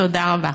תודה רבה.